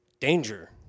danger